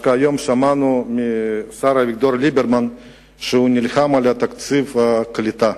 דווקא היום שמענו מהשר אביגדור ליברמן שהוא נלחם על תקציב הקליטה.